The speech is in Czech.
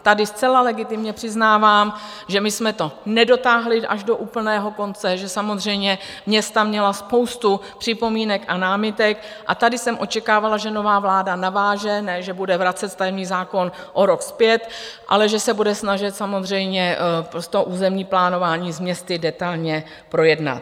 Tady zcela legitimně přiznávám, že jsme to nedotáhli až do úplného konce, že samozřejmě města měla spoustu připomínek a námitek, a tady jsem očekávala, že nová vláda naváže, ne že bude vracet stavební zákon o rok zpět, ale že se bude snažit samozřejmě územní plánování s městy detailně projednat.